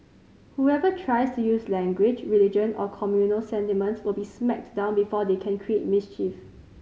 whoever tries to use language religion or communal sentiments will be smacked down before they can create mischief